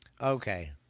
Okay